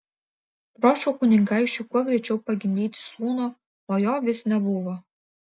troško kunigaikščiui kuo greičiau pagimdyti sūnų o jo vis nebuvo